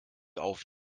auf